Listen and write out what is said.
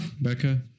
Becca